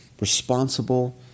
responsible